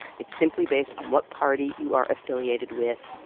it's simply based on what party you are affiliated with,